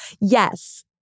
Yes